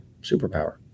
superpower